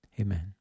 Amen